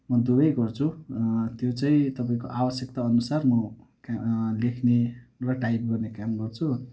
म दुवै गर्छु त्यो चाहिँ है तपाईँको आवश्यकता अनुसार म लेख्ने र टाइप गर्ने काम गर्छु